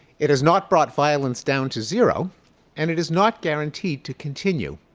it has not brought violence down to zero and it is not guaranteed to continue.